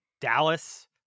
Dallas